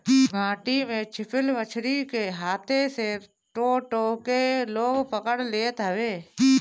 माटी में छिपल मछरी के हाथे से टो टो के लोग पकड़ लेत हवे